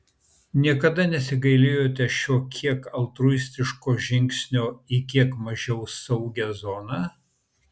niekada nesigailėjote šio kiek altruistiško žingsnio į kiek mažiau saugią zoną